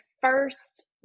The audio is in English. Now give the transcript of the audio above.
first